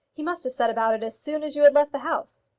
he must have set about it as soon as you had left the house.